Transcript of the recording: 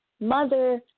Mother